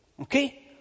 okay